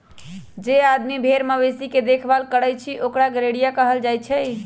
जे आदमी भेर मवेशी के देखभाल करई छई ओकरा गरेड़िया कहल जाई छई